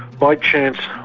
by chance,